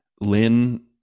Lynn